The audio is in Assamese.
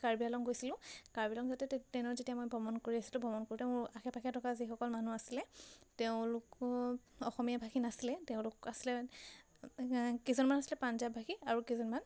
কাৰ্বি আংলং গৈছিলোঁ কাৰ্বি আংলং যাওতে ট্ৰেইনত যেতিয়া মই ভ্ৰমণ কৰি আছিলোঁ ভ্ৰমণ কৰি মোৰ আশে পাশে থকা যিসকল মানুহ আছিলে তেওঁলোকো অসমীয়াভাষী নাছিলে তেওঁলোক আছিলে কেইজনমান আছিলে পাঞ্জাৱীভাষী আৰু কেইজনমান